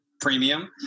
premium